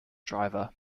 driver